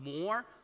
more